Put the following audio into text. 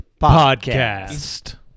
podcast